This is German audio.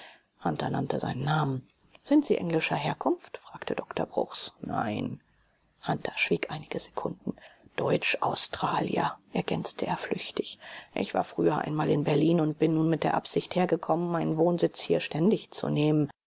nannte seinen namen sind sie englischer herkunft fragte dr bruchs nein hunter schwieg einige sekunden deutschaustralier ergänzte er flüchtig ich war früher einmal in berlin und bin nun mit der absicht hergekommen meinen wohnsitz hier ständig zu nehmen